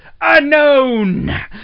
unknown